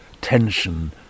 tension